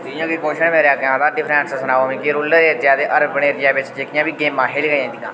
जि'यां की क्वेच्शन मेरे अग्गें आये दा डिफरेंस सनाओ मिगी की रूलर एरिया ते अर्बन एरिया बिच जेह्कियां बी गेमां खे'ल्लियां जंदियां